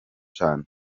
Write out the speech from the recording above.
cane